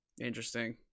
Interesting